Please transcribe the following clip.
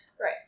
Right